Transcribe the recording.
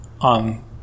on